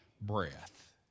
breath